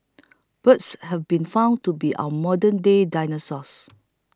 birds have been found to be our modernday dinosaurs